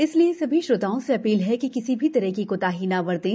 इसलिए सभी श्रोताओं से अधील है कि किसी भी तरह की कोताही न बरतें